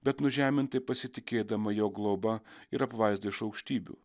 bet nužeminti pasitikėdama jo globa ir apvaizda iš aukštybių